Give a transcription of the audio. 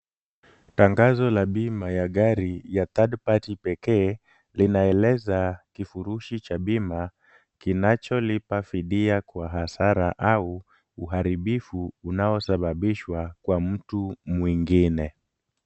Tangazo ya bima ya gari ya third-party pekee, linaeleza kifurushi cha bima kinacholipa fidia kwa hasara au uharibifu unaosababishwa kwa mtu mwingine.